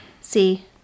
See